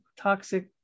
toxic